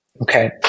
okay